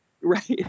right